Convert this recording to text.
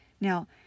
Now